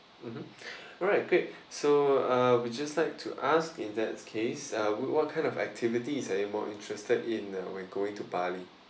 mmhmm alright great so uh we just like to ask in that case uh what kind of activities are you more interested in when going to bali